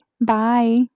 Bye